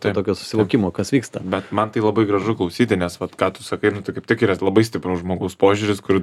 tai tokio susivokimo kas vyksta bet man tai labai gražu klausyti nes vat ką tu sakai nu tai kaip tik yra labai stipraus žmogaus požiūris kur